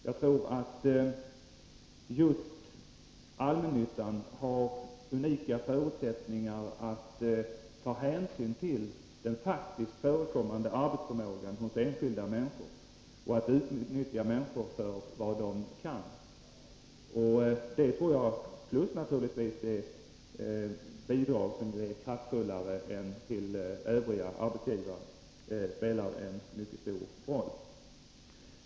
Jag tror att just allmännyttan har unika förutsättningar att ta hänsyn till den faktiskt förekommande arbetsförmågan hos enskilda människor och att utnyttja de kunskaper människor har. Detta — plus, naturligtvis, att den får ett bidrag som är kraftfullare än vad som utgår till övriga arbetsgivare — spelar en mycket stor roll.